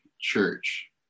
Church